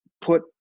put